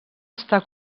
estar